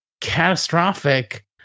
catastrophic